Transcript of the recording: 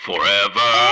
Forever